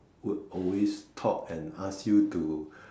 would always talk and ask you to